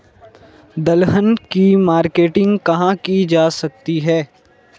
दलहन की मार्केटिंग कहाँ की जा सकती है?